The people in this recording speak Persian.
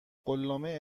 قولنامه